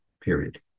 period